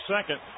second